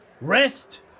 Rest